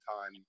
time